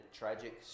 tragic